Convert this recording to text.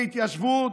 להתיישבות,